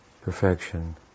perfection